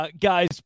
Guys